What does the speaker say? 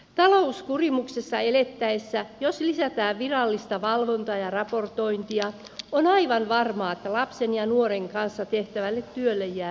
talouskurimuksessa elettäessä jos lisätään virallista valvontaa ja raportointia on aivan varmaa että lapsen ja nuoren kanssa tehtävälle työlle jää vähemmän resursseja